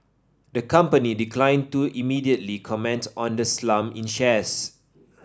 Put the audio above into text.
the company declined to immediately comment on the slump in shares